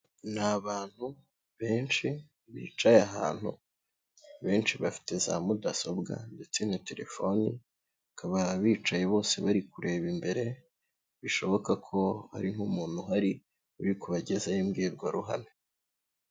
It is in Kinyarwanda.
Ni abantu benshi bicaye ahantu, abenshi bafite za mudasobwa ndetse na telefoni bakaba bicaye bose bari kureba imbere bishoboka ko ari nk'umuntu uhari uri kubagezaho imbwirwaruhame.